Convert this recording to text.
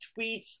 tweets